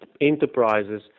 enterprises